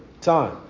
time